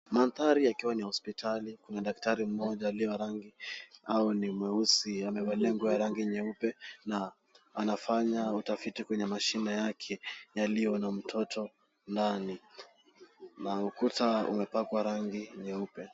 Mandhari yakiwa ni ya hospitali na kuna daktari mmoja aliye wa rangi, au ni mweusi. Amevalia nguo ya rangi nyeupe na anafanya utafiti kwenye mashine yake yaliyo na mtoto ndani, na ukuta umepakwa rangi nyeupe.